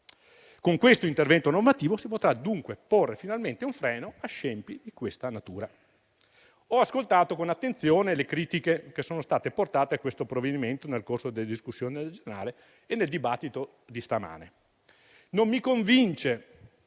Con questo intervento normativo si potrà dunque porre finalmente un freno a scempi di tale natura. Ho ascoltato con attenzione le critiche che sono state portate a questo provvedimento nel corso della discussione generale e nel dibattito di questa mattina. Non mi convince,